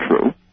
true